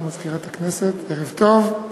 מזכירת הכנסת, ערב טוב,